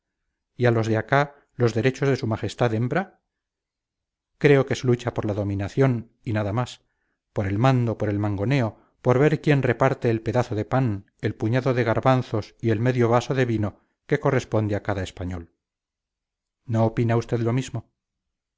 a los de acá los derechos de su majestad hembra creo que se lucha por la dominación y nada más por el mando por el mangoneo por ver quién reparte el pedazo de pan el puñado de garbanzos y el medio vaso de vino que corresponde a cada español no opina usted lo mismo